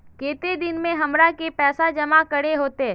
केते दिन में हमरा के पैसा जमा करे होते?